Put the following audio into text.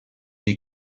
est